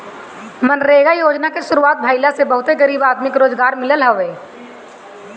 मनरेगा योजना के शुरुआत भईला से बहुते गरीब आदमी के रोजगार मिलल हवे